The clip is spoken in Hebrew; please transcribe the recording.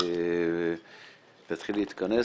נתחיל להיכנס,